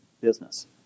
business